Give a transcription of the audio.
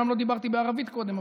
אומנם לא דיברתי בערבית קודם,